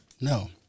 No